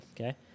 Okay